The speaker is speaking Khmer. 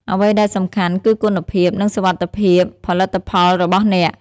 អ្វីដែលសំខាន់ គឺគុណភាព និងសុវត្ថិភាពផលិតផលរបស់អ្នក។